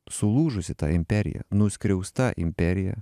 sulūžusi ta imperija nuskriausta imperija